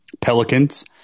Pelicans